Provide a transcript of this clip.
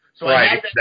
Right